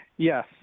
Yes